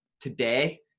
today